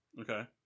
okay